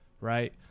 right